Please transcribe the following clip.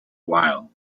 while